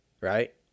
right